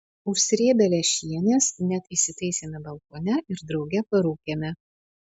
užsrėbę lęšienės net įsitaisėme balkone ir drauge parūkėme